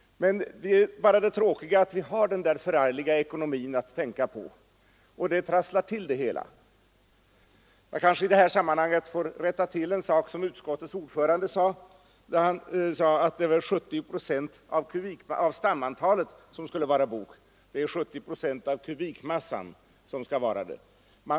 Det tråkiga är bara att vi har den förargliga ekonomin att tänka på som trasslar till det hela. Jag kanske i detta sammanhang får rätta till en uppgift som utskottets ordförande lämnade. Han sade att 70 procent av stamantalet skall vara bok — det är 70 procent av kubikmassan som skall vara det.